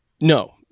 No